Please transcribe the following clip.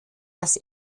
das